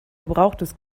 gebrauchtes